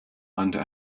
under